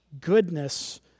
goodness